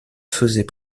faisait